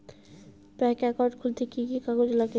Bank account খুলতে কি কি কাগজ লাগে?